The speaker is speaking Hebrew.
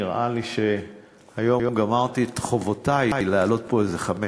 נראה לי שגמרתי את חובותי היום לעלות לפה חמש,